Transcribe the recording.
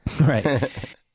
Right